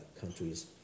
countries